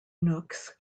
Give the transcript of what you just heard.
nooks